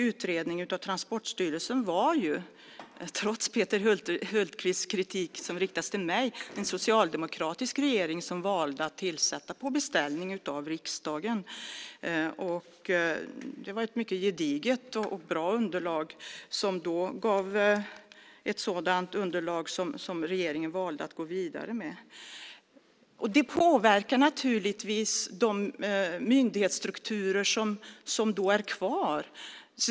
Utredningen av Transportstyrelsen var det ju, trots Peter Hultqvists kritik som riktas till mig, en socialdemokratisk regering som valde att tillsätta på beställning av riksdagen. Den gav ett mycket gediget och bra underlag som regeringen valde att gå vidare med. Det påverkar naturligtvis de myndighetsstrukturer som då är kvar.